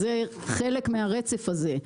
זה חלק מהרצף הזה.